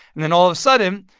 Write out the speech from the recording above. and then all of a sudden,